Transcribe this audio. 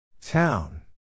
Town